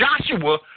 Joshua